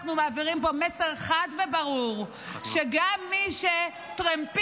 אנחנו מעבירים פה מסר חד וברור שגם מי שטרמפיסט